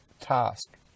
task